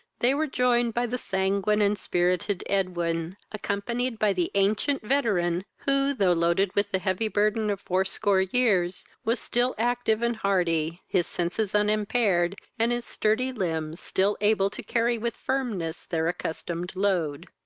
they were joined by the sanguine and spirited edwin, accompanied by the ancient veteran, who, though loaded with the heavy burthen of fourscore years, was still active and hearty, his senses unimpaired, and his sturdy limbs still able to carry with firmness their accustomed load.